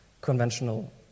conventional